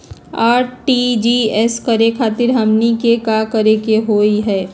RTGS करे खातीर हमनी के का करे के हो ई?